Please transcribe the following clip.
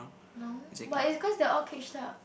no but is cause they're all caged up